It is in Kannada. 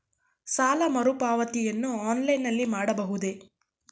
ಸಾಲ ಮರುಪಾವತಿಯನ್ನು ಆನ್ಲೈನ್ ನಲ್ಲಿ ಮಾಡಬಹುದೇ?